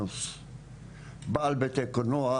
בעל ביתי הקולנוע,